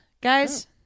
Guys